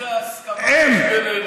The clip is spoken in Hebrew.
איזו הסכמה יש בינינו.